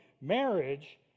marriage